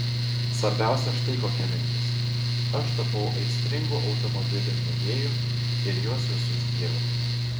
svarbiausia štai kokia mintis aš tapau aistringu automobilių mėgėju ir juos visus dievinu